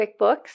QuickBooks